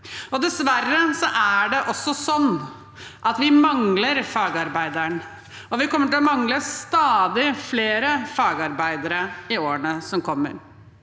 Dessverre er det også sånn at vi mangler fagarbeidere, og vi kommer til å mangle stadig flere fagarbeidere i årene som kommer.